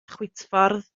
chwitffordd